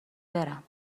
برم